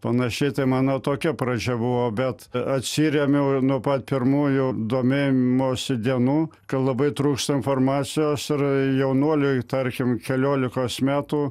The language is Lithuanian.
panašiai tai mano tokia pradžia buvo bet atsirėmiau ir nuo pat pirmųjų domėjimosi dienų kad labai trūksta informacijos ir jaunuoliui tarkim keliolikos metų